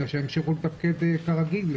אלא שימשיכו לתפקד כרגיל.